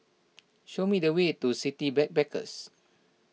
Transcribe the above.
show me the way to City Backpackers